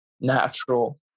natural